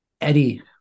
Eddie